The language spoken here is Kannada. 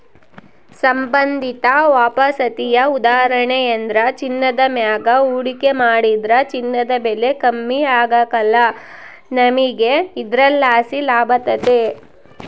ಸಂಬಂಧಿತ ವಾಪಸಾತಿಯ ಉದಾಹರಣೆಯೆಂದ್ರ ಚಿನ್ನದ ಮ್ಯಾಗ ಹೂಡಿಕೆ ಮಾಡಿದ್ರ ಚಿನ್ನದ ಬೆಲೆ ಕಮ್ಮಿ ಆಗ್ಕಲ್ಲ, ನಮಿಗೆ ಇದರ್ಲಾಸಿ ಲಾಭತತೆ